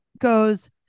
goes